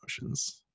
emotions